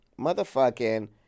Motherfucking